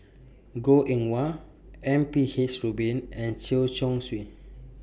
Goh Eng Wah M P H Rubin and Chen Chong Swee